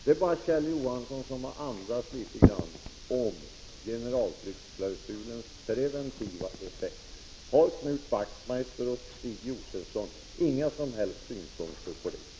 Det är bara Kjell 11 december 1985 Johansson som har andats litet grand om generalflyktklausulens preventiva effekt. Har Knut Wachtmeister och Stig Josefson inga som helst synpunkter på den?